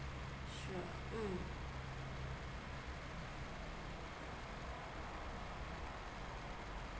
sure mm